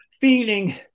feeling